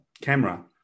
camera